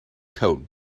coat